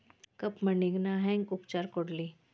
ಕಪ್ಪ ಮಣ್ಣಿಗ ನಾ ಹೆಂಗ್ ಉಪಚಾರ ಕೊಡ್ಲಿ?